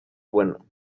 bueno